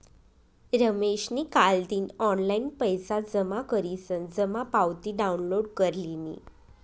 रमेशनी कालदिन ऑनलाईन पैसा जमा करीसन जमा पावती डाउनलोड कर लिनी